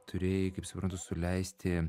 turėjai kaip suprantu suleisti